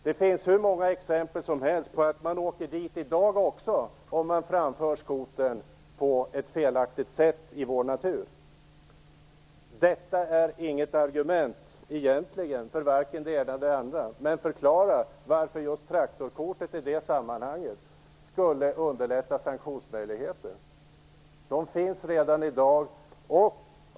Det finns hur många exempel som helst på att man redan i dag åker fast om man framför skotern på ett felaktigt sätt i vår natur. Detta är inget argument för vare sig det ena eller andra. Men förklara varför just traktorkörkortet skulle underlätta sanktionsmöjligheter! De finns redan i dag.